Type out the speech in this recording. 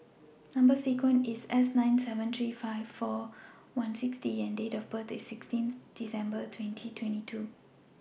Number sequence IS S nine seven three five four one six D and Date of birth IS sixteen December twenty twenty two